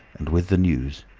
and with the news.